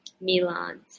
Milan